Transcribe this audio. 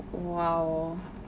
!wow!